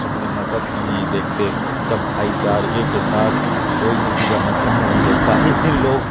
اپنے مذہب کو نہیں دیکھتے سب بھائی چارگی کے ساتھ کوئی کسی کا مذہب نہیں دیکھتا اس دن لوگ